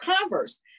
converse